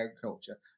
agriculture